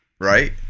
right